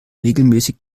regelmäßig